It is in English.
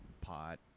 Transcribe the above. pot